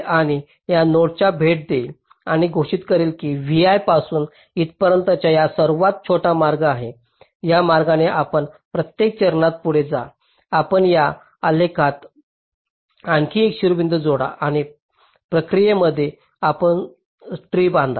आणि या नोडला भेट देईल आणि घोषित करेल की vi पासून इथपर्यंतचा हा सर्वात छोटा मार्ग आहे या मार्गाने आपण प्रत्येक चरणात पुढे जा आपण या आलेखात आणखी एक शिरोबिंदू जोडा आणि प्रक्रियेमध्ये आपण ट्री बांधा